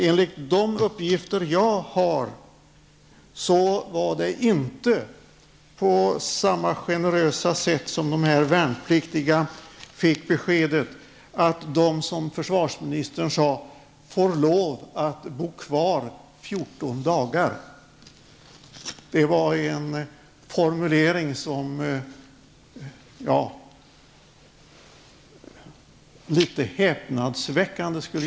Enligt de uppgifter jag har var det inte på samma generösa sätt som dessa värnpliktiga fick beskedet att de, som försvarsministern sade, får lov att bo kvar 14 dagar. Det var en formulering som var något häpnadsväckande.